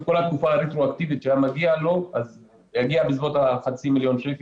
כל התקופה רטרואקטיבית שהיה מגיע לו זה יגיע בסביבות חצי מיליון שקל,